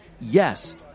yes